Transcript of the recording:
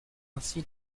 ainsi